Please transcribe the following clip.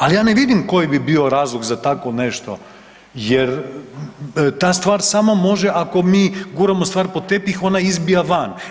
Al ja ne vidim koji bi bio razlog za takvo nešto jer ta stvar samo može ako mi guramo stvar pod tepih ona izbija van.